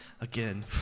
Again